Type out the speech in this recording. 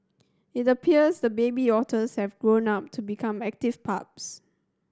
it appears the baby otters have grown up to become active pups